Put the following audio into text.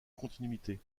continuité